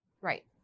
Right